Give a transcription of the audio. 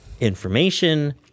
information